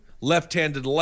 Left-handed